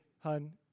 hun